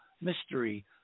mystery